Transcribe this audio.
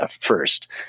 first